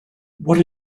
what